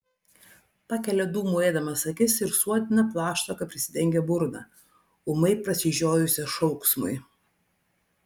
pakelia dūmų ėdamas akis ir suodina plaštaka prisidengia burną ūmai prasižiojusią šauksmui